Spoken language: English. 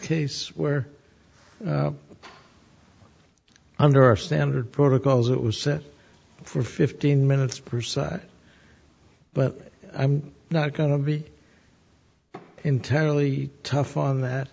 case where under our standard protocols it was set for fifteen minutes per se but i'm not going to be entirely tough on that